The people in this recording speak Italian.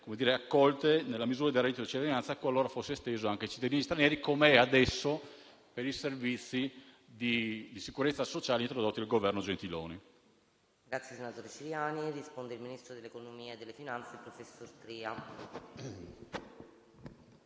accolte nella misura del reddito di cittadinanza, qualora fosse steso anche ai cittadini stranieri com'è adesso per i servizi di sicurezza sociali introdotti dal Governo Gentiloni Silveri. PRESIDENTE. Il ministro dell'economia e delle finanze, professor Tria,